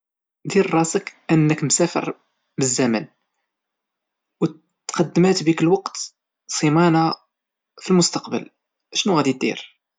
دير راسك انك مسافر في الزمن او تقدمات بيك الوقت سيمانة في المستقبل شنو غادي دير؟